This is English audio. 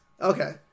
Okay